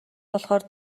болохоор